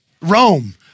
Rome